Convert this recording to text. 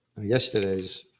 yesterday's